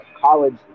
college